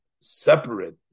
separate